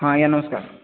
ହଁ ଆଜ୍ଞା ନମସ୍କାର